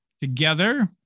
Together